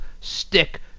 stick